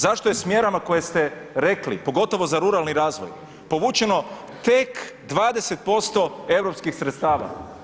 Zašto je s mjerama koje ste rekli, pogotovo za ruralni razvoj povućeno tek 20% europskih sredstava?